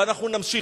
ואנחנו נמשיך בזה.